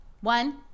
One